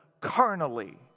carnally